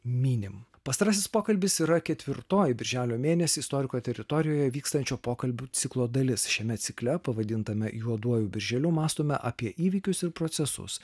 minim pastarasis pokalbis yra ketvirtoji birželio mėnesį istoriko teritorijoje vykstančio pokalbių ciklo dalis šiame cikle pavadintame juoduoju birželiu mąstome apie įvykius ir procesus